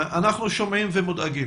אנחנו שומעים ומודאגים.